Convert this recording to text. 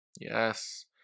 Yes